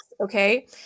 Okay